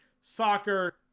soccer